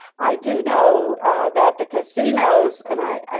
i do know that the casinos and i,